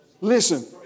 Listen